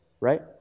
right